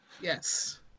Yes